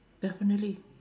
definitely